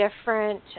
different